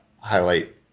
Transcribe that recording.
highlight